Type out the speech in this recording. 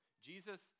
Jesus